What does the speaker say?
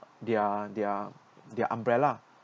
their their their umbrella